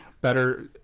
better